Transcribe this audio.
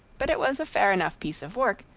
but it was a fair enough piece of work,